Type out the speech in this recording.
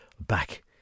back